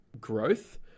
growth